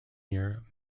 year